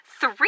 three